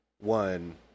one